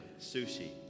sushi